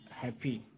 happy